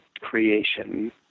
creation